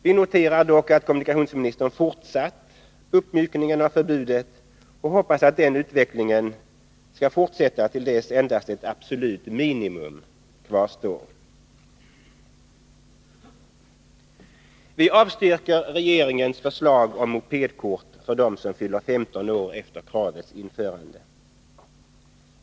Vi noterar dock att kommunikationsministern fortsatt uppmjukningen av förbudet och hoppas att den utvecklingen skall fortsätta, till dess endast ett absolut minimum kvarstår. Vi avstyrker regeringens förslag om mopedkort för dem som fyller 15 år efter kravets införande.